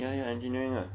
ya